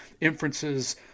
inferences